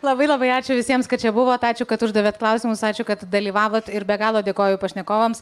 labai labai ačiū visiems kad čia buvot ačiū kad uždavėt klausimus ačiū kad dalyvavot ir be galo dėkoju pašnekovams